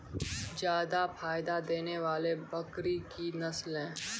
जादा फायदा देने वाले बकरी की नसले?